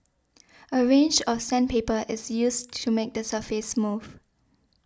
a range of sandpaper is used to make the surface smooth